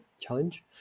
challenge